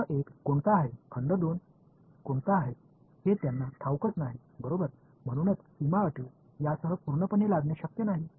खंड 1 कोणता आहे खंड 2 कोणता आहे हे त्यांना ठाऊकच नाही बरोबर म्हणूनच सीमा अटी यासह पूर्णपणे लादणे शक्य नाही